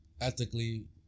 ethically